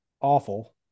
Awful